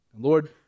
Lord